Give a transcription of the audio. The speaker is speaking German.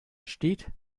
steht